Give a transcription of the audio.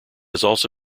also